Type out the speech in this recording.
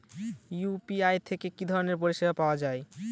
UPI থেকে কি ধরণের পরিষেবা পাওয়া য়ায়?